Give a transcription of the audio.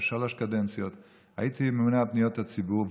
בשלוש קדנציות הייתי ממונה על פניות הציבור,